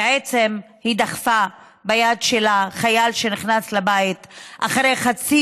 בעצם היא דחפה ביד שלה חייל שנכנס לבית חצי